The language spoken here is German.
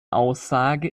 aussage